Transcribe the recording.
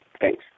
Thanks